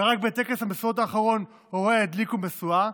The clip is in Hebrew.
ורק בטקס המשואות האחרון הוריה הדליקו משואה,